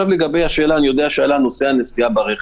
עלה נושא הנסיעה ברכב,